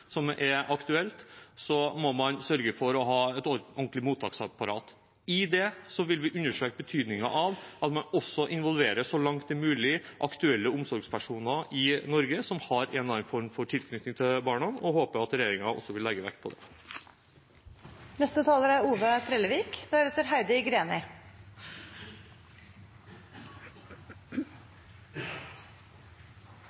som er aktuelt, må man sørge for å ha et ordentlig mottaksapparat. I det vil vi understreke betydningen av at man, så langt det er mulig, også involverer aktuelle omsorgspersoner i Norge som har en eller annen form for tilknytning til barna, og håper at regjeringen også vil legge vekt på det. Dei humanitære forholda i flyktningleirane i Syria er